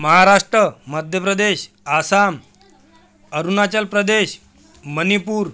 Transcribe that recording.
Maharashtra Madhya Pradesh Assam Arunachal Pradesh Manipur